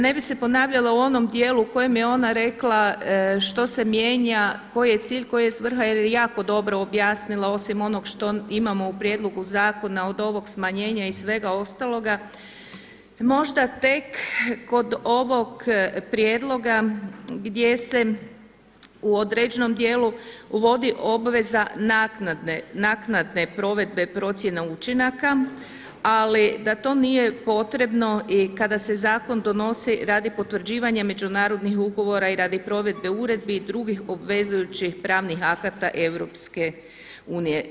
Ne bi se ponavljala u onom dijelu u kojem je ona rekla što se mijenja, koji je cilj, koja je svrha jer je jako dobro objasnila osim onog što imamo u prijedlogu zakona od ovog smanjenja i svega ostaloga, možda tek kod ovog prijedloga gdje se u određenom dijelu vodi obveza naknade provedbe procjene učinaka, ali da to nije potrebno i kada se zakon donosi radi potvrđivanja međunarodnih ugovora i radi provedbe uredbi drugih obvezujućih pravnih akata EU.